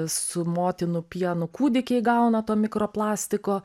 su motinų pienu kūdikiai gauna to mikroplastiko